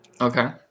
Okay